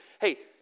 hey